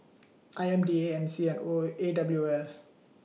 I M D A M C and AWOL A W O L